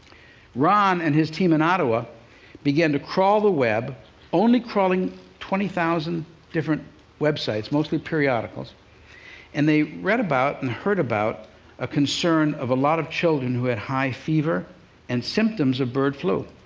ron and his team in ottawa began to crawl the web only crawling twenty thousand different websites, mostly periodicals and they read about and heard about a concern, of a lot of children who had high fever and symptoms of bird flu.